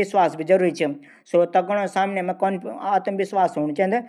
विषय पर हम बुन चांदा।